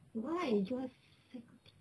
why you si~